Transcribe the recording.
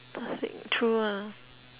last week true ah